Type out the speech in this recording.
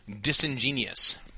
disingenuous